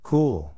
Cool